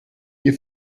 ihr